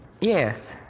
Yes